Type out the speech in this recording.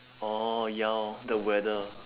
orh ya hor the weather